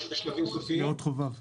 בנאות חובב.